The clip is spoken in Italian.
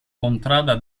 contrada